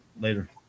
later